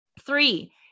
Three